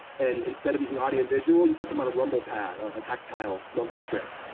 and instead of using audio and visual, you put them on a rumble pad, a tactile rumble strip,